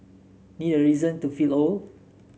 need a reason to feel old